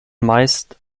meist